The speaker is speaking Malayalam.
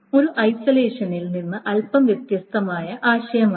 ഇത് ഐസലേഷനിൽ നിന്ന് അല്പം വ്യത്യസ്തമായ ആശയമാണ്